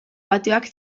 patioak